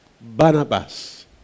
Barnabas